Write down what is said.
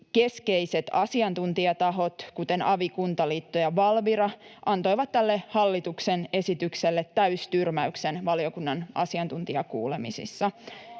Keskeiset asiantuntijatahot, kuten avi, Kuntaliitto ja Valvira, antoivat tälle hallituksen esitykselle täystyrmäyksen valiokunnan asiantuntijakuulemisissa.